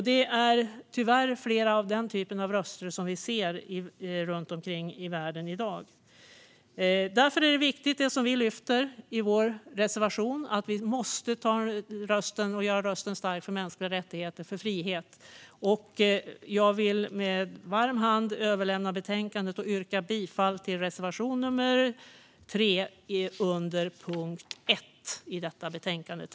Vi hör tyvärr flera sådana röster runt om i världen i dag, och därför är det vi lyfter i vår reservation viktigt: Sveriges röst för mänskliga rättigheter och frihet måste vara stark. Jag vill med varm hand överlämna betänkandet och yrka bifall till reservation nummer 3 under punkt 1.